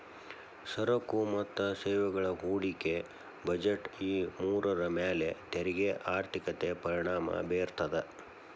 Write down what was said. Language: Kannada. ಸರಕು ಮತ್ತ ಸೇವೆಗಳ ಹೂಡಿಕೆ ಬಜೆಟ್ ಈ ಮೂರರ ಮ್ಯಾಲೆ ತೆರಿಗೆ ಆರ್ಥಿಕತೆ ಪರಿಣಾಮ ಬೇರ್ತದ